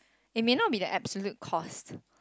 it may not be the absolute cost